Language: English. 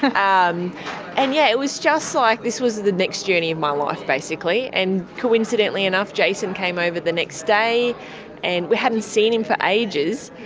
um and yeah it was just like, this was the next journey of my life basically. and coincidentally enough, jason came over the next day and we hadn't seen him for ages.